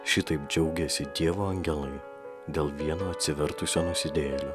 šitaip džiaugiasi dievo angelai dėl vieno atsivertusio nusidėjėlio